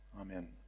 Amen